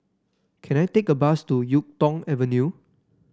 can I take a bus to YuK Tong Avenue